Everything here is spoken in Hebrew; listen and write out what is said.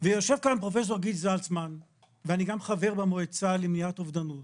ויושב כאן פרופ' גיל זלצמן ואני גם חבר במועצה למניעת אובדנות